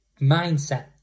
mindset